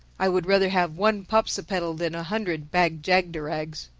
i would rather have one popsipetel than a hundred bag-jagderags.